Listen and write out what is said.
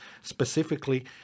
specifically